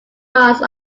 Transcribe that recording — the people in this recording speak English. months